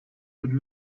would